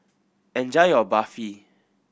enjoy your Barfi